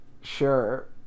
sure